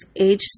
age